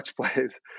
Plays